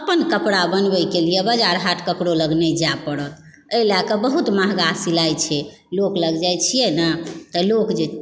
अपन कपड़ा बनबैके लिए बाजार हाट ककरो लग नहि जाइ पड़त एहि लए कऽ बहुत महगा सिलाइ छै लोक लग जाइ छियै ने तऽ लोक जे